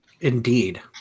Indeed